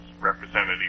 representative